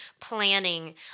planning